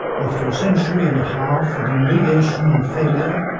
after a century and a half of humiliation and failure,